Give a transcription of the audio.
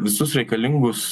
visus reikalingus